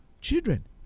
children